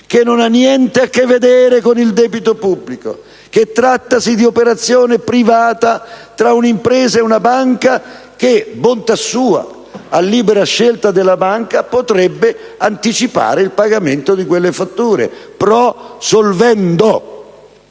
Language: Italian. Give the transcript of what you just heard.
che non ha niente a che vedere con il debito pubblico, che riguarda un'operazione privata tra un'impresa e una banca che, bontà sua, a libera scelta della banca potrebbe anticipare il pagamento di quelle fatture, *pro solvendo*;